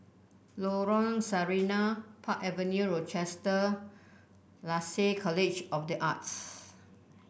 Lorong Sarina Park Avenue Rochester Lasalle College of the Arts